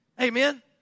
Amen